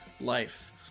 life